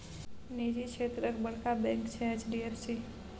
निजी क्षेत्रक बड़का बैंक छै एच.डी.एफ.सी